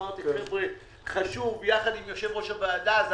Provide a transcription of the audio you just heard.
אמרתי ביחד עם יושב-ראש הוועדה: חבר'ה,